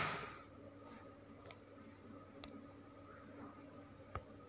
ಮನೆ ಮುಂದಿನ ರಸ್ತೆ ಬದಿಯಲ್ಲಿ ನಿಗದಿತ ಸಮಯಕ್ಕೆ ನಾವು ಬೆಳೆದ ವಸ್ತುಗಳನ್ನು ಮಾರಾಟ ಮಾಡಿದರೆ ಒಳ್ಳೆಯ ಬೆಲೆ ಸಿಗಬಹುದು ಅಲ್ಲವೇ?